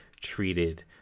treated